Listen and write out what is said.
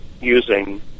using